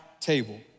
table